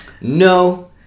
no